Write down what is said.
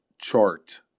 chart